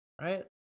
Right